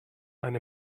eine